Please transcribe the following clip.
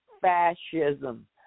fascism